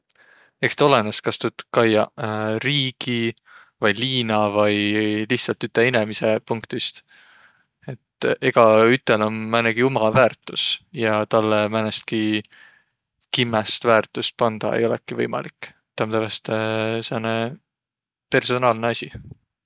Eks taa olõnõs, et kas tuud kaiaq riigi vai liina vai lihtsält üte inemise punktist. Et egäütel om määnegi uma väärtüs ja tälle määnestki kimmäst väärtust pandaq ei olõkiq võimalik. Taa om tävveste sääne personaalnõ asi.